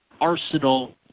arsenal